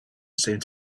seemed